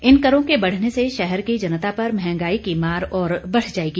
इन करों के बढने से शहर की जनता पर महंगाई की मार और बढ जाऐगी